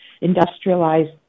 industrialized